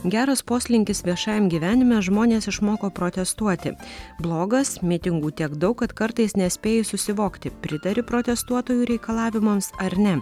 geras poslinkis viešajam gyvenime žmonės išmoko protestuoti blogas mitingų tiek daug kad kartais nespėji susivokti pritari protestuotojų reikalavimams ar ne